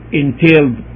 entailed